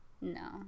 No